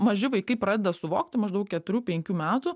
maži vaikai pradeda suvokti maždaug keturių penkių metų